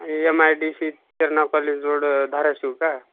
M I D C Chetana college road Dharashiv का